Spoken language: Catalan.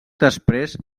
després